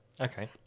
Okay